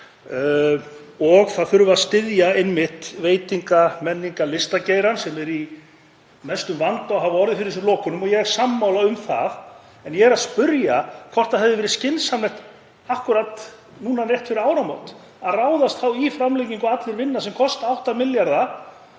og það þurfi að styðja veitinga-, menningar- og listageirann sem er í mestum vanda að hafa orðið fyrir þessum lokunum. Ég er sammála um það. En ég er að spyrja hvort það hefði verið skynsamlegt akkúrat núna rétt fyrir áramót að ráðast í framlengingu á Allir vinna sem kostar 8 milljarða.